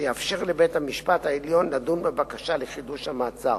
שיאפשר לבית-המשפט העליון לדון בבקשה לחידוש המעצר.